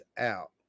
Out